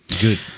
Good